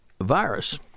virus